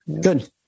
Good